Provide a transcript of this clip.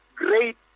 great